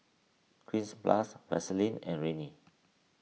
Cleanz Plus Vaselin and Rene